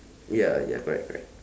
ya ya correct correct